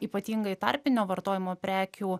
ypatingai tarpinio vartojimo prekių